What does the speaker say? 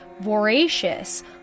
voracious